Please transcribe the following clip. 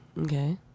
Okay